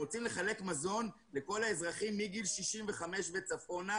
רוצים לחלק מזון לכול האזרחים מגיל 65 וצפונה.